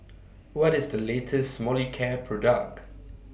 What IS The latest Molicare Product